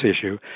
issue